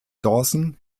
dawson